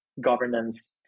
governance